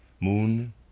Moon